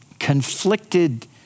conflicted